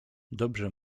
dobrze